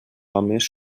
homes